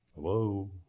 Hello